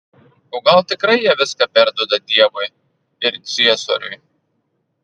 o gal tikrai jie viską perduoda dievui ir ciesoriui